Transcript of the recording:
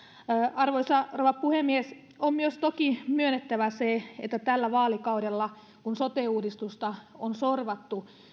arvoisa rouva puhemies on myös toki myönnettävä se että tällä vaalikaudella kun sote uudistusta on sorvattu